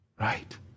Right